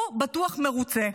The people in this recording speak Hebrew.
הוא בטוח מרוצה.